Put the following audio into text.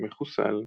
מחוסל.